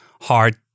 hard